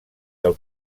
del